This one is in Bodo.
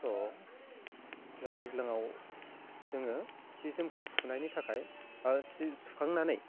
अ जाहा दैज्लाङाव जोङो जि जोमखौ सुनायनि थाखाय बा सि सुखांनानै